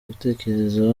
gutekereza